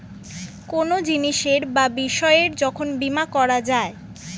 কোনো জিনিসের বা বিষয়ের যখন বীমা করা যায়